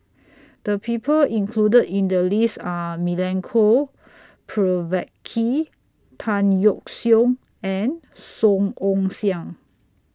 The People included in The list Are Milenko Prvacki Tan Yeok Seong and Song Ong Siang